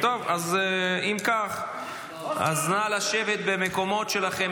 טוב, אם כך, אז נא לשבת במקומות שלכם.